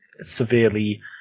severely